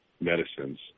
medicines